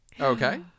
okay